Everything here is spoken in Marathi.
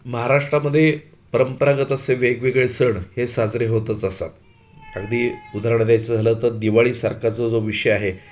महाराष्ट्रामध्ये परंपरागत असे वेगवेगळे सण हे साजरे होतच असतात अगदी उदाहरण द्यायचं झालं तर दिवाळीसारखा जो जो विषय आहे